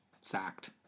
sacked